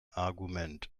argument